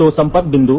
तो संपर्क बिंदु